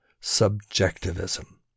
subjectivism